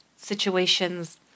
situations